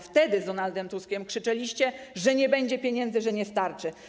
Wtedy z Donaldem Tuskiem krzyczeliście, że nie będzie pieniędzy, że nie starczy.